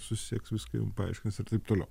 susisieks viską jum paaiškins ir taip toliau